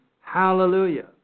hallelujah